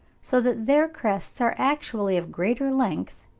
so that their crests are actually of greater length,